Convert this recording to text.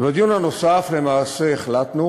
ובדיון הנוסף למעשה החלטנו